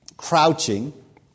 crouching